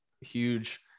huge